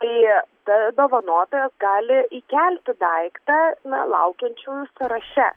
tai ta dovanotojas gali įkelti daiktą na laukiančiųjų sąraše